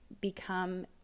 become